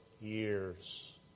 years